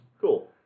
Cool